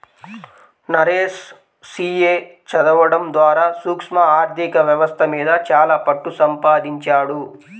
Naresh CA చదవడం ద్వారా సూక్ష్మ ఆర్ధిక వ్యవస్థ మీద చాలా పట్టుసంపాదించాడు